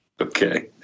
Okay